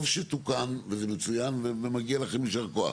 טוב שתוקן, וזה מצוין ומגיע לכם ישר כוח.